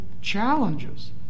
challenges